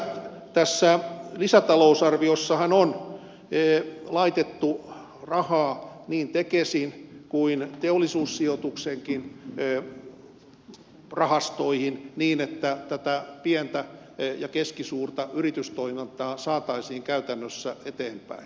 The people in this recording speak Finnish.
muutoinhan tässä lisätalousarviossa on laitettu rahaa niin tekesiin kuin teollisuussijoitukseenkin rahastoihin niin että tätä pientä ja keskisuurta yritystoimintaa saataisiin käytännössä eteenpäin